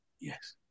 Yes